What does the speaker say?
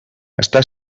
està